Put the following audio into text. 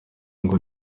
ngo